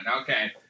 Okay